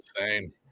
insane